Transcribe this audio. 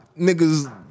niggas